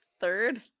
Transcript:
Third